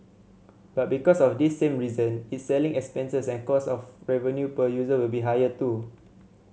but because of this same reason its selling expenses and cost of revenue per user will be higher too